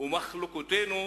ומחלוקותינו,